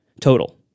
total